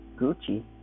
Gucci